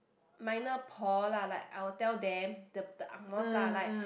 minor poh lah like I will them the the Angmos lah like